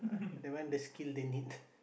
that one the skill they need